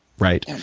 right? and